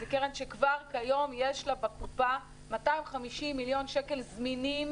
זו קרן שכבר כיום יש לה בקופה 250 מיליון שקל זמינים